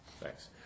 Thanks